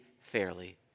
fairly